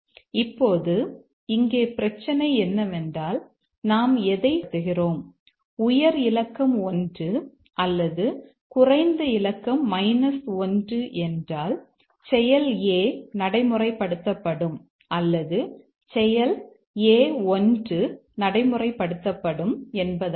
இப்போது இங்கே பிரச்சனை என்னவென்றால் நாம் எதைச் செயல்படுத்துகிறோம் உயர் இலக்கம் 1 அல்லது குறைந்த இலக்கம் 1 என்றால் செயல் A நடைமுறைப்படுத்தப்படும் அல்லது செயல் A1 நடைமுறைப்படுத்தப்படும் என்பதாகும்